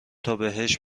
تابهش